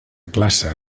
classe